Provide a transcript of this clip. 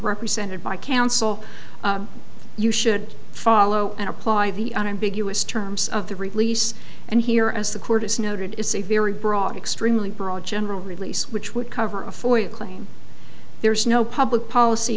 represented by counsel you should follow and apply the unambiguous terms of the release and here as the court is noted is a very broad extremely broad general release which would cover a foil claim there's no public policy